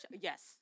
yes